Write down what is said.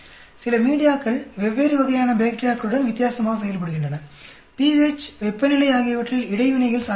சில மீடியாக்கள் வெவ்வேறு வகையான பாக்டீரியாக்களுடன் வித்தியாசமாக செயல்படுகின்றன pH வெப்பநிலை ஆகியவற்றில் இடைவினைகள் சாத்தியமாகும்